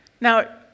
Now